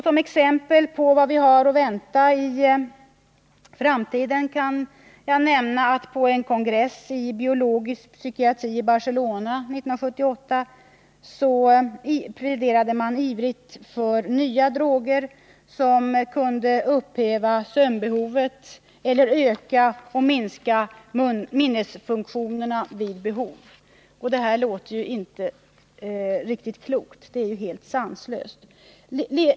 Som exempel på vad vi har att vänta i framtiden kan jag nämna att man på en kongress i biologisk psykiatri i Barcelona 1978 ivrigt pläderade för nya droger som kunde upphäva sömnbehovet eller öka och minska minnesfunktionerna vid behov. Det låter ju inte riktigt klokt — det är helt sanslöst!